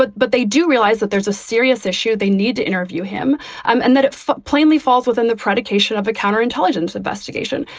but but they do realize that there's a serious issue they need to interview him and that it plainly falls within the predication of a counterintelligence investigation.